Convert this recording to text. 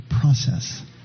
process